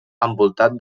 envoltat